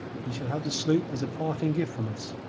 ye shall have the sloop as a parting gift from us,